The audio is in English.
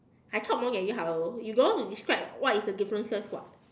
I talk more than you hello you don't want to describe what is the differences [what]